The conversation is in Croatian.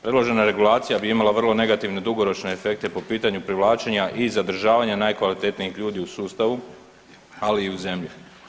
Predložena regulacija bi imala vrlo negativne dugoročne efekte po pitanju privlačenja i zadržavanja najkvalitetnijih ljudi u sustavu, ali i u zemlji.